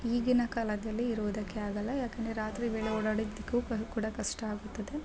ಈಗಿನ ಕಾಲದಲ್ಲಿ ಇರುವುದಕ್ಕೆ ಆಗಲ್ಲ ಯಾಕಂದರೆ ರಾತ್ರಿ ವೇಳೆ ಓಡಾಡೋದಕ್ಕೂ ಕೂಡ ಕಷ್ಟ ಆಗುತ್ತದೆ